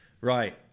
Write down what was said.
Right